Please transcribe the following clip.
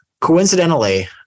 coincidentally